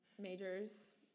majors